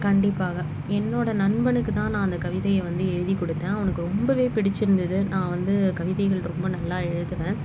கண்டிப்பாக என்னோடய நண்பனுக்கும் தான் நான் அந்த கவிதையை வந்து எழுதி கொடுத்தேன் அவனுக்கும் ரொம்பவே பிடிச்சிருந்தது நான் வந்து கவிதைகள் ரொம்ப நல்லா எழுதுவேன்